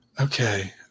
Okay